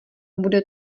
bude